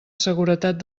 seguretat